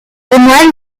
moines